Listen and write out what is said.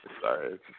Sorry